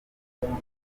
inkuru